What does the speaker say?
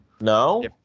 no